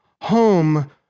Home